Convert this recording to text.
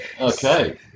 Okay